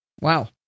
wow